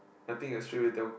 I think I straight away tell